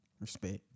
Respect